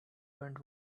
went